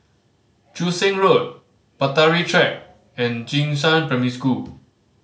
Joo Seng Road Bahtera Track and Jing Shan Primary School